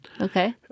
Okay